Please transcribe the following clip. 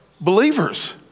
Believers